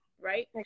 right